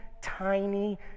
tiny